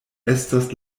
estas